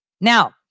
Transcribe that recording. now